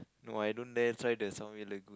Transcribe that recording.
no I don't dare try the Sunway Lagoon